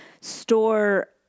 store